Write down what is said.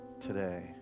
today